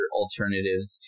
alternatives